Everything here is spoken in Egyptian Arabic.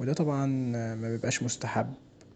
ودا طبعا مبيبقاش مستحب.